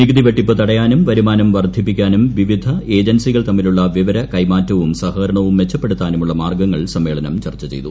നികുതി വെട്ടിപ്പ് തടയാനും വരുമാനം വർധിപ്പിക്കാനും വിവിധ ഏജൻസികൾ തമ്മിലുള്ള വിവര കൈമാറ്റവും സഹകരണവും മെച്ചപ്പെടുത്താനുള്ള മാർഗ്ഗങ്ങൾ സമ്മേളനം ചർച്ച ചെയ്തു